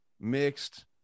mixed